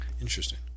Interesting